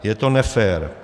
Je to nefér.